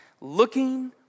looking